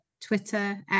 twitter